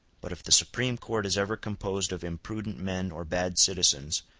but if the supreme court is ever composed of imprudent men or bad citizens,